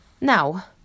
Now